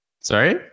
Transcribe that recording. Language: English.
Sorry